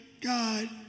God